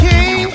King